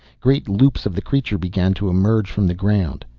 great loops of the creature began to emerge from the ground.